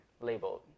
labeled